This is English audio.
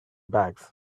bags